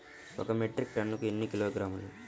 ఒక మెట్రిక్ టన్నుకు ఎన్ని కిలోగ్రాములు?